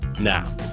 Now